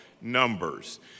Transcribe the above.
numbers